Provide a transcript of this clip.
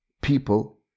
people